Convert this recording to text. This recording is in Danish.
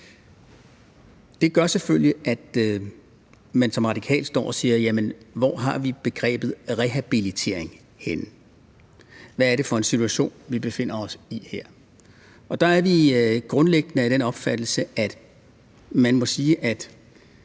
Det gør selvfølgelig, at man som radikal siger: Jamen hvor har vi begrebet rehabilitering – hvad er det for en situation, vi befinder os i her? Og der er vi grundlæggende af den opfattelse, at man må sige, at